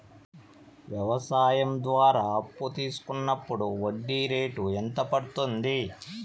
వ్యవసాయం ద్వారా అప్పు తీసుకున్నప్పుడు వడ్డీ రేటు ఎంత పడ్తుంది